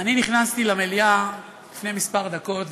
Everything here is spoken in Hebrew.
אני נכנסתי למליאה לפני כמה דקות,